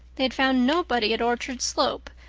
they had found nobody at orchard slope,